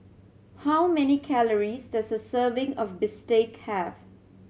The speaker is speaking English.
how many calories does a serving of bistake have